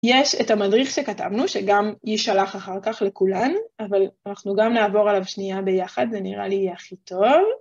יש את המדריך שכתבנו, שגם יישלח אחר כך לכולן, אבל אנחנו גם נעבור עליו שנייה ביחד, זה נראה לי יהיה הכי טוב.